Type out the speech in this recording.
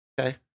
Okay